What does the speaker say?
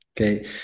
Okay